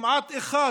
כמעט אחד